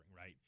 right